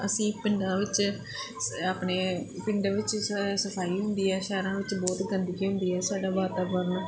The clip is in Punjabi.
ਅਸੀਂ ਪਿੰਡਾਂ ਵਿੱਚ ਆਪਣੇ ਪਿੰਡ ਵਿੱਚ 'ਚ ਸਫਾਈ ਹੁੰਦੀ ਹੈ ਸ਼ਹਿਰਾਂ ਵਿੱਚ ਬਹੁਤ ਗੰਦਗੀ ਹੁੰਦੀ ਹੈ ਸਾਡਾ ਵਾਤਾਵਰਨ